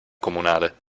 comunale